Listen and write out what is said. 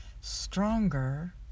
stronger